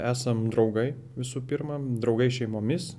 esam draugai visų pirma draugai šeimomis